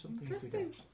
interesting